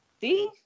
See